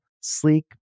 sleek